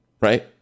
right